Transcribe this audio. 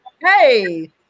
Hey